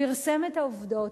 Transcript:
פרסם את העובדות,